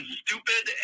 stupid